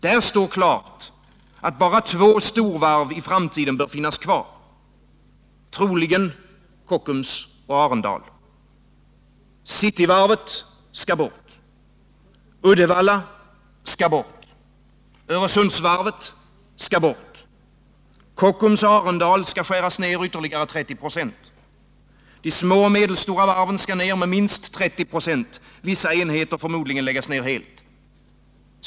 Där står klart att bara två storvarv i framtiden bör finnas kvar, troligen Kockums och Arendal. Cityvarvet skall bort. Uddevalla skall bort. Öresundsvarvet skall bort. Kockums och Arendal skall skäras ned ytterligare 30 96. De små och medelstora varven skall minskas med minst 30 96, vissa enheter förmodligen läggas ner helt.